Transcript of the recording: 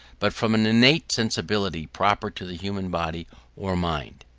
but from an innate sensibility proper to the human body or mind.